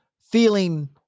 feeling